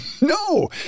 No